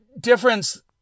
difference